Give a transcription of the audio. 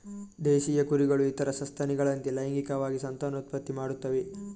ದೇಶೀಯ ಕುರಿಗಳು ಇತರ ಸಸ್ತನಿಗಳಂತೆ ಲೈಂಗಿಕವಾಗಿ ಸಂತಾನೋತ್ಪತ್ತಿ ಮಾಡುತ್ತವೆ